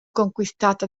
conquistata